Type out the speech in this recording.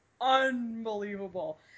unbelievable